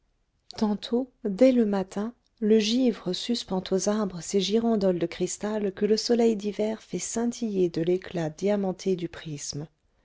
tantôt dès le matin le givre suspend aux arbres ses girandoles de cristal que le soleil d'hiver fait scintiller de l'éclat diamanté du prisme